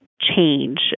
change